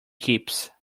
keeps